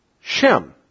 Shem